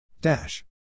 Dash